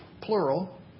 plural